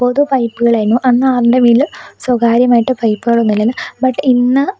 പൊതുപൈപ്പുകൾ ആയിരുന്നു അന്ന് ആരുടെ വീട്ടിലും സ്വകാര്യമായിട്ട് പൈപ്പുകൾ ഒന്നും ഇല്ലായിരുന്നു ബട്ട് ഇന്ന്